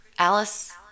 Alice